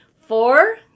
four